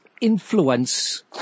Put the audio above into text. influence